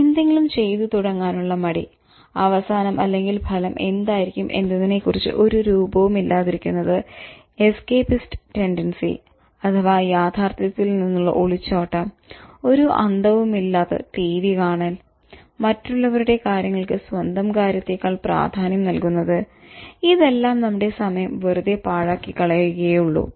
എന്തെങ്കിലും ചെയ്ത് തുടങ്ങാനുള്ള മടി അവസാനംഫലം എന്തായിരിക്കും എന്നതിനെ കുറിച്ച് ഒരു രൂപവും ഇല്ലാതിരിക്കുന്നത് എസ്കേപിസ്ററ് ടെൻഡൻസി അഥവാ യാഥാർഥ്യത്തിൽ നിന്നുള്ള ഒളിച്ചോട്ടം ഒരു അന്തവുമില്ലാത്ത ടീവി കാണൽ മറ്റുള്ളവരുടെ കാര്യങ്ങൾക്ക് സ്വന്തം കാര്യത്തേക്കാൾ പ്രാധാന്യം നൽകുന്നത് ഇതെല്ലം നമ്മുടെ സമയം വെറുതെ പാഴാക്കി കളയുകയേ ഉള്ളു